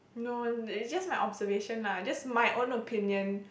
no it's just my observation lah just my own opinion